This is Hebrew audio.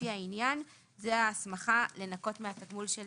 לפי העניין."; זו ההסמכה לנכות מהתגמול של